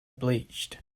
bleached